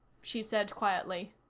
she said quietly.